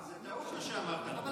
לא, אבל זה טעות, מה שאמרת לנו.